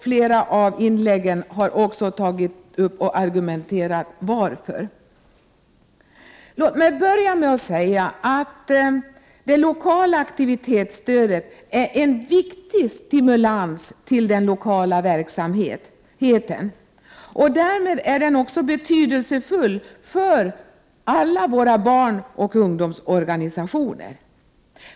Flera talare har i dag tagit upp och argumenterat för detta. Låt mig börja med att säga att det lokala aktivitetsstödet utgör en viktig stimulans till den lokala verksamheten. Därmed är det också betydelsefullt för alla våra barnoch ungdomsorganisationer.